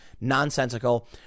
nonsensical